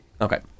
Okay